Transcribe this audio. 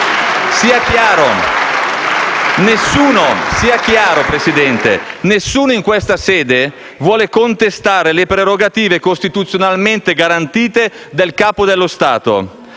Presidente: nessuno in questa sede vuole contestare le prerogative costituzionalmente garantite del Capo dello Stato.